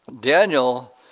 Daniel